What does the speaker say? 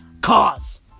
cars